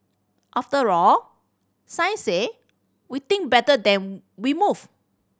after all science say we think better then we move